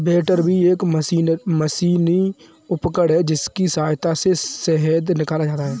बैटरबी एक मशीनी उपकरण है जिसकी सहायता से शहद निकाला जाता है